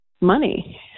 money